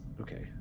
Okay